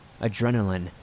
Adrenaline